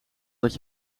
dat